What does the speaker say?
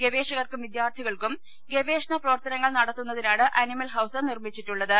ഗവേഷ കർക്കും വിദ്യാർത്ഥികൾക്കും ഗവേഷണ പ്രവർത്തനങ്ങൾ നടത്തു ന്നതിനാണ് അനിമൽ ഹൌസ് നിർമ്മിച്ചിട്ടുളളത്